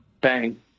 Bang